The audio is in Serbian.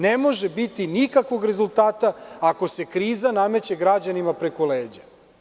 Ne može biti nikakvog rezultata ako se kriza nameće građanima preko leđa.